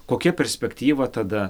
kokia perspektyva tada